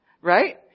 Right